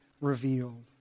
revealed